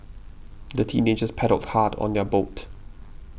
the teenagers paddled hard on their boat